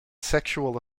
sexual